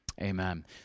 Amen